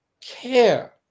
care